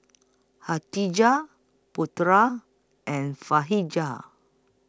Khatijah Putra and